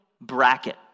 bracket